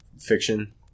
fiction